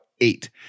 eight